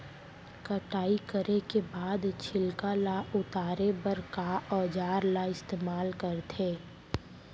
कटाई करे के बाद छिलका ल उतारे बर का औजार ल इस्तेमाल करथे?